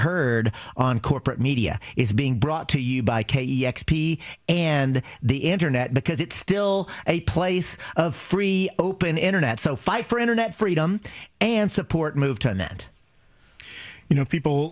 heard on corporate media is being brought to you by k e x p and the internet because it's still a place of free open internet so fight for internet freedom and support move to a net you know people